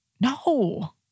No